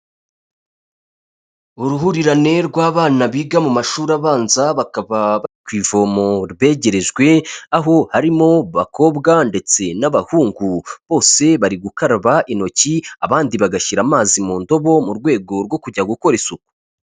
Uruhurirane rw'abana biga mu mashuri abanza bakaba ku ivomo begerejwe aho harimo bakobwa ndetse n'abahungu, bose bari gukaraba intoki abandi bagashyira amazi mu ndobo mu rwego rwo kujya gukora isuku.